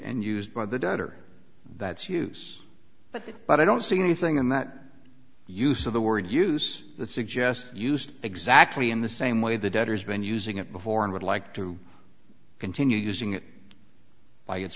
and used by the debtor that's use but but i don't see anything in that use of the word use that suggests used exactly in the same way the debtor's been using it before and would like to continue using it by its